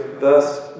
thus